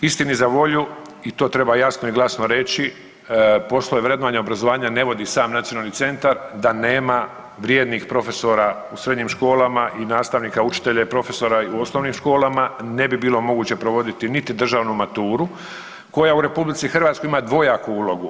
Istini za volju i to treba jasno i glasno reći, poslove vrednovanja i obrazovanja ne vodi sam nacionalni centar da nema vrijednih profesora u srednjim školama i nastavnika, učitelja i profesora u osnovnim školama ne bi bilo moguće provoditi niti državnu maturu koja u RH ima dvojaku ulogu.